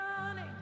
running